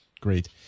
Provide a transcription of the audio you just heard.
Great